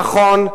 נכון.